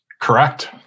Correct